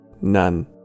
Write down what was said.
None